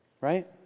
right